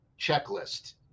checklist